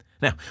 Now